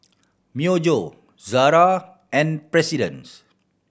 Myojo Zara and President